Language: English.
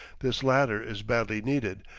this latter is badly needed,